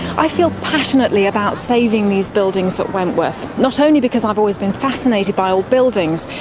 i feel passionately about saving these buildings at wentworth, not only because i've always been fascinated by old buildings,